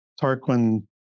Tarquin